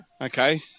Okay